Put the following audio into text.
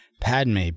Padme